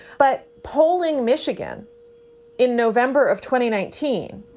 but polling michigan in november of twenty nineteen